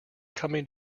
coming